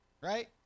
right